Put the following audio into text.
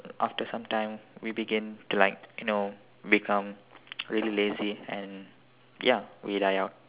after some time we began to like you know become really lazy and ya we'll die out